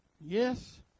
yes